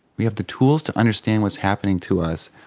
we have the tools to understand what's happening to us,